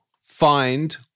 find